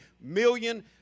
million